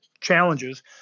challenges